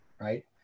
right